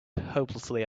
hopelessly